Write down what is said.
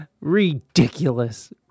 Ridiculous